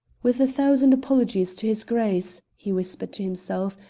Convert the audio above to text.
with a thousand apologies to his grace, he whispered to himself,